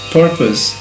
purpose